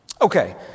Okay